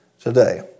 Today